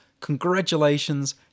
congratulations